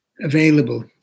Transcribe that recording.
available